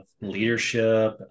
leadership